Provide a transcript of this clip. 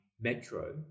Metro